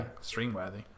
stream-worthy